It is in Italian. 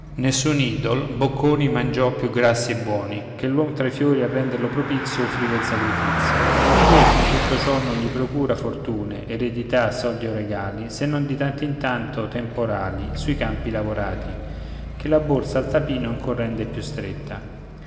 nessun idol bocconi mangiò più grassi e buoni che l'uom tra i fiori a renderlo propizio offriva in sacrifizio il dio con tutto ciò non gli procura fortune eredità soldi o regali se non di tanto in tanto temporali sui campi lavorati che la borsa al tapino ancor rende più stretta